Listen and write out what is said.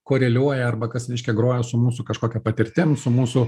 koreliuoja arba kas reiškia groja su mūsų kažkokia patirtim su mūsų